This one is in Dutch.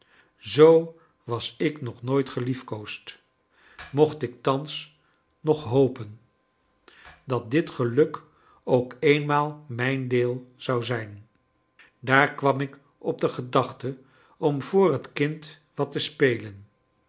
z was ik nog nooit geliefkoosd mocht ik thans nog hopen dat dit geluk ook eenmaal mijn deel zou zijn daar kwam ik op de gedachte om voor het kind wat te spelen